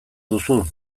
duzu